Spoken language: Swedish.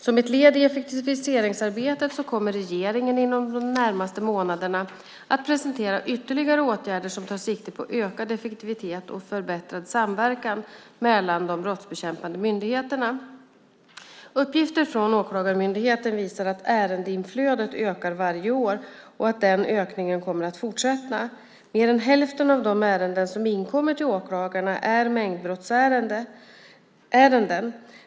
Som ett led i effektiviseringsarbetet kommer regeringen inom de närmaste månaderna att presentera ytterligare åtgärder som tar sikte på ökad effektivitet och förbättrad samverkan mellan de brottsbekämpande myndigheterna. Uppgifter från Åklagarmyndigheten visar att ärendeinflödet ökar varje år och att den ökningen kommer att fortsätta. Mer än hälften av de ärenden som inkommer till åklagarna är mängdbrottsärenden.